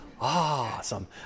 Awesome